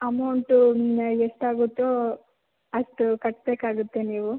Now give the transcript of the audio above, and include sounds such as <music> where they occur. amount <unintelligible> ಎಷ್ಟು ಆಗುತ್ತೋ ಅಷ್ಟು ಕಟ್ಟಬೇಕಾಗತ್ತೆ ನೀವು